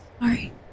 Sorry